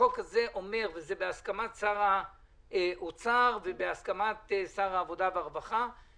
החוק הזה אומר וזה בהסכמת שר האוצר ובהסכמת שר העבודה ורווחה,